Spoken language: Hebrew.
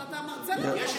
אבל אתה מרצה לנו, חבל.